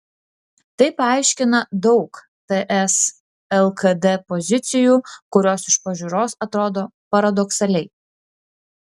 tai paaiškina daug ts lkd pozicijų kurios iš pažiūros atrodo paradoksaliai